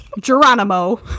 Geronimo